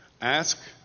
Ask